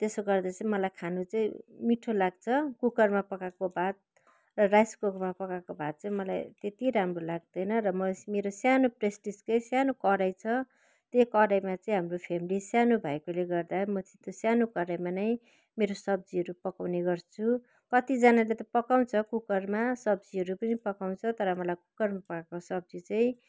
त्यसो गर्दा चाहिँ मलाई खानु चाहिँ मिठो लाग्छ कुकरमा पकाएको भात र राइस कुकरमा पकाएको भात चाहिँ मलाई त्यति राम्रो लाग्दैन र म मेरो सानो प्रेसटिजकै सानो कराई छ त्यही कराईमा चाहिँ हाम्रो फेमिली सानो भएकोले गर्दा म त्यो सानो कराईमा नै मेरो सब्जीहरू पकाउने गर्छु कतिजानाले त पकाउँछ कुकरमा सब्जीहरू पनि पकाउँछ तर मलाई कुकरमा पकाएको सब्जी चाहिँ